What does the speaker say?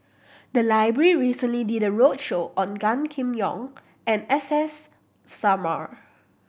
the library recently did a roadshow on Gan Kim Yong and S S Sarma